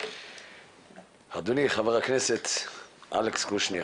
אדוני חבר הכנסת אלכס קושניר.